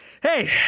Hey